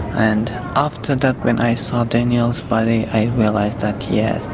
and after that, when i saw daniel's body, i realised that yeah,